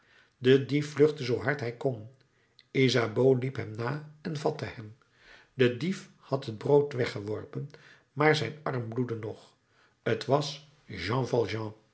de dief vluchtte zoo hard hij kon isabeau liep hem na en vatte hem de dief had het brood weggeworpen maar zijn arm bloedde nog t was